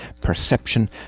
perception